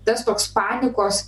tas toks panikos